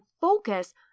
focus